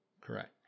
Correct